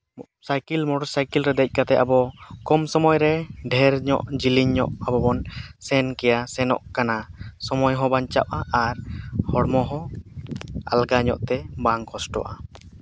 cycle motorcycle ᱨᱮ ᱫᱮᱡ ᱠᱟᱛᱮᱫ ᱟᱵᱚ ᱠᱚᱢ ᱥᱚᱢᱚᱭ ᱨᱮ ᱰᱷᱮᱨᱧᱚᱜ ᱡᱮᱹᱞᱮᱹᱧ ᱧᱚᱜ ᱟᱵᱚᱵᱚᱱ ᱥᱮᱱ ᱠᱮᱭᱟ ᱥᱮᱱᱚᱜ ᱠᱟᱱᱟ ᱥᱚᱢᱚᱭ ᱦᱚᱸ ᱵᱟᱧᱪᱟᱣᱜᱼᱟ ᱟᱨ ᱦᱚᱲᱢᱚ ᱦᱚᱸ ᱟᱞᱜᱟ ᱧᱚᱜᱛᱮ ᱵᱟᱝ ᱠᱚᱥᱴᱚᱜᱼᱟ